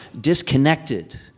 disconnected